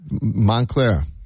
Montclair